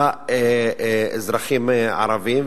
לאזרחים הערבים.